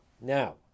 Now